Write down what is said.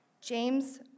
James